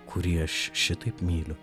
kurį aš šitaip myliu